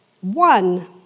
one